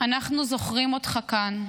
אנחנו זוכרים אותך כאן,